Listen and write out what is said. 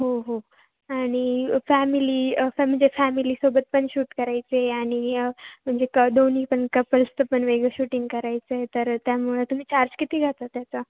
हो हो आणि फॅमिली असं म्हणजे फॅमिलीसोबत पण शूट करायचे आहे आणि म्हणजे क दोन्ही पण कपल्सचं पण वेगळं शूटिंग करायचं आहे तर त्यामुळं तुम्ही चार्ज किती घेता त्याचा